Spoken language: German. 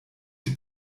die